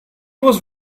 was